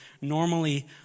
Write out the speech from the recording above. normally